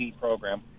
program